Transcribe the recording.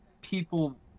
people